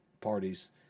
parties